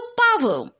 power